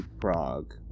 Prague